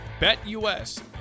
BetUS